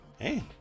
hey